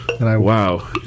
Wow